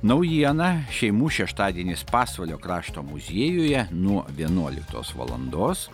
naujiena šeimų šeštadienis pasvalio krašto muziejuje nuo vienuoliktos valandos